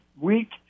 week